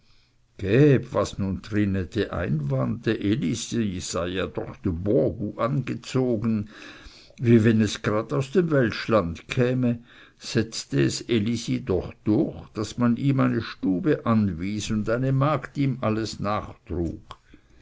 was nun trinette einwandte elisi sei ja so de bon got angezogen wie wenn es grad aus dem weltschland käme setzte es elisi doch durch daß man ihm eine stube anwies und eine magd ihm alles